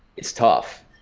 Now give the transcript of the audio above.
it's tough.